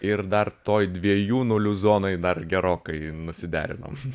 ir dar toj dviejų nulių zonoj dar gerokai nusiderinom